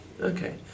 Okay